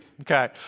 okay